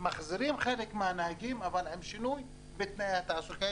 מחזירים חלק מהנהגים אבל עם שינוי בתנאי התעסוקה.